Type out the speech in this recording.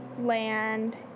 land